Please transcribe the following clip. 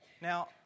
Now